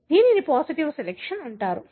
అయితే దీనిని positive selection అంటారు